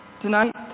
tonight